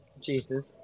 Jesus